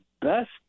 best